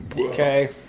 Okay